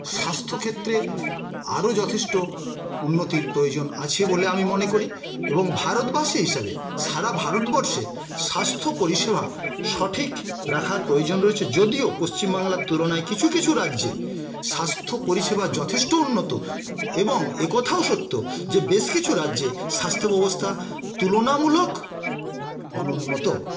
স্বাস্থ্যক্ষেত্রে আরও যথেষ্ট উন্নতির প্রয়োজন আছে বলে আমি মনে করি এবং ভারতবাসী হিসাবে সারা ভারতবর্ষে স্বাস্থ্য পরিষেবা সঠিক রাখার প্রয়োজন রয়েছে যদিও পশ্চিমবাংলার তুলনায় কিছু কিছু রাজ্যে স্বাস্থ্য পরিষেবা যথেষ্ট উন্নত এবং একথাও সত্য যে বেশ কিছু রাজ্যে স্বাস্থ্যব্যবস্থা তুলনামূলক অনুন্নত